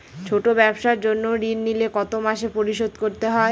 ছোট ব্যবসার জন্য ঋণ নিলে কত মাসে পরিশোধ করতে হয়?